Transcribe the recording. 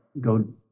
go